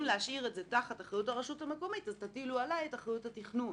להשאיר את זה תחת אחריות הרשות המקומית אז תטילו עלי את אחריות התכנון